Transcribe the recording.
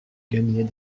gagner